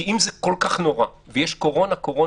כי אם זה כל-כך נורא ויש קורונה-קורונה-קורונה,